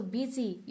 busy